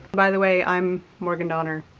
by the way, i'm morgan donner.